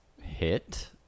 hit